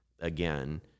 again